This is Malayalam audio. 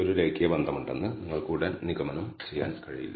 ഒരു രേഖീയ ബന്ധമുണ്ടെന്ന് നിങ്ങൾക്ക് ഉടൻ നിഗമനം ചെയ്യാൻ കഴിയില്ല